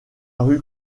rue